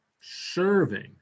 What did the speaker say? serving